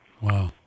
Wow